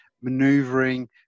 maneuvering